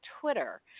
Twitter